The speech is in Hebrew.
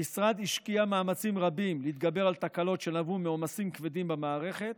המשרד השקיע מאמצים רבים להתגבר על תקלות שנבעו מעומסים כבדים במערכת,